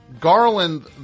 Garland